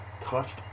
touched